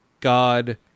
God